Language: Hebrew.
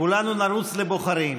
כולנו נרוץ לבוחרים